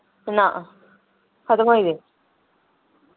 ना खत्म होई दे